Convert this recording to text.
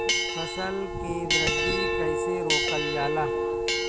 फसल के वृद्धि कइसे रोकल जाला?